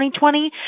2020